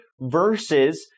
versus